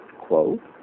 quote